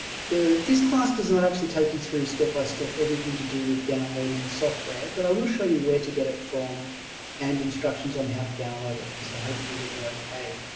the this class does not actually take you through step-by-step everything to do with downloading the software but i will show you where to get it from and instructions on how to download it and so hopefully you'll be ok